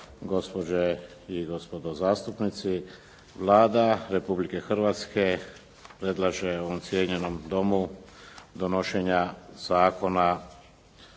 gospođe i gospodo zastupnici. Vlada Republike Hrvatske predlaže ovom cijenjenom Domu donošenje Zakona